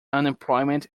unemployment